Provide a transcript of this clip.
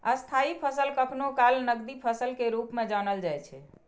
स्थायी फसल कखनो काल नकदी फसल के रूप मे जानल जाइ छै